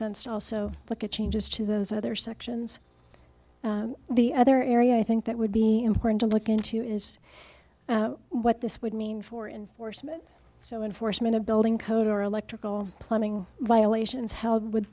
sense to also look at changes to those other sections the other area i think that would be important to look into is what this would mean for enforcement so enforcement of building codes our electrical plumbing violations how would